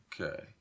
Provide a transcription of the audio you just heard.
Okay